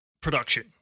production